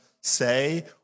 say